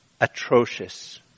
atrocious